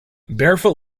barefoot